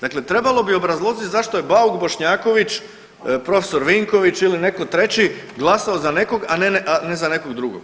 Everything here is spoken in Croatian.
Dakle, trebalo bi obrazložiti zašto je Bauk, Bošnjaković, prof. Vinković ili netko treći glasovao za nekog, a ne za nekog drugog.